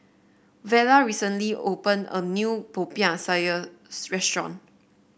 Vela recently opened a new Popiah Sayur restaurant